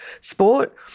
sport